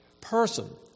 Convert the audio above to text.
person